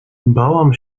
bałam